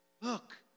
Look